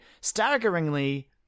staggeringly